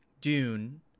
Dune